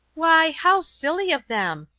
why, how silly of them,